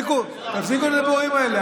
תפסיקו עם הדיבורים האלה.